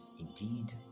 indeed